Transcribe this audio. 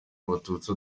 abatutsi